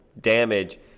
damage